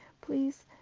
please